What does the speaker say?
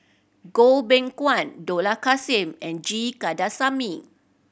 Goh Beng Kwan Dollah Kassim and G Kandasamy